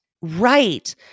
Right